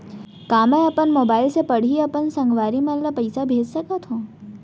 का मैं अपन मोबाइल से पड़ही अपन संगवारी मन ल पइसा भेज सकत हो?